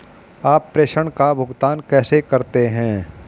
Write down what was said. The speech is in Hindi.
आप प्रेषण का भुगतान कैसे करते हैं?